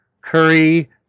curry